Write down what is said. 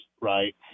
right